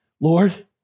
Lord